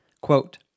quote